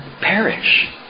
perish